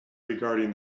regarding